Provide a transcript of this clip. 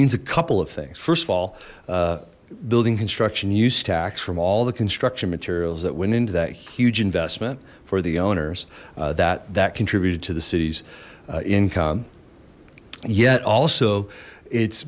means a couple of things first of all building construction use tax from all the construction materials that went into that huge investment for the owners that that contributed to the city's income yet also it's